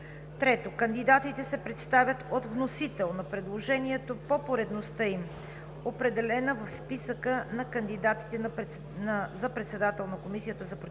3. Кандидатите се представят от вносител на предложението по поредността им, определена в списъка на кандидатите за председател на Комисията за противодействие